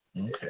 Okay